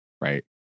right